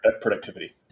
productivity